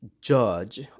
judge